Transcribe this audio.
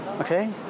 okay